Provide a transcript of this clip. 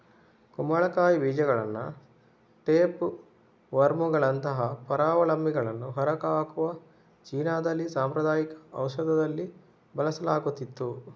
ಕುಂಬಳಕಾಯಿ ಬೀಜಗಳನ್ನ ಟೇಪ್ ವರ್ಮುಗಳಂತಹ ಪರಾವಲಂಬಿಗಳನ್ನು ಹೊರಹಾಕಲು ಚೀನಾದಲ್ಲಿ ಸಾಂಪ್ರದಾಯಿಕ ಔಷಧದಲ್ಲಿ ಬಳಸಲಾಗುತ್ತಿತ್ತು